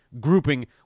grouping